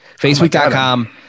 Facebook.com